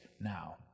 now